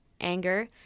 anger